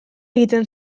egiten